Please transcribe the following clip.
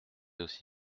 aussi